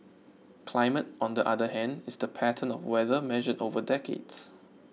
climate on the other hand is the pattern of weather measured over decades